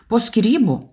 po skyrybų